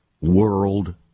World